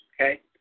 Okay